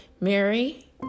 Mary